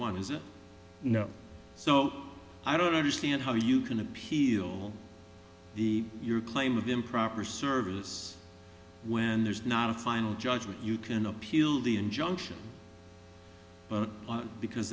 one is a no so i don't understand how you can appeal the your claim of improper service when there's not a final judgment you can appeal the injunction because